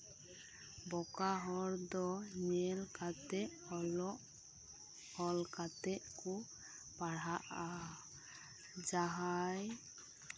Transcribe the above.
ᱵᱚᱠᱟ ᱦᱚᱲ ᱫᱚ ᱧᱮᱞ ᱠᱟᱛᱮᱫ ᱚᱞᱚᱜ ᱚᱞ ᱠᱟᱛᱮᱫ ᱠᱚ ᱯᱟᱲᱦᱟᱜᱼᱟ ᱡᱟᱦᱟᱸᱭ